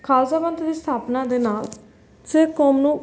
ਖਾਲਸਾ ਪੰਥ ਦੀ ਸਥਾਪਨਾ ਦੇ ਨਾਲ ਸਿੱਖ ਕੌਮ ਨੂੰ